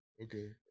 Okay